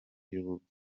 y’uko